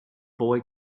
boy